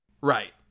Right